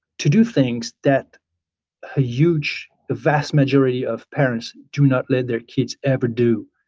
to do things that ah huge, vast majority of parents do not let their kids ever do,